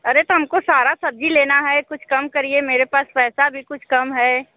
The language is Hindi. अरे तो हमको सारा सब्ज़ी लेना है कुछ कम करिए मेरे पास पैसा भी कुछ कम है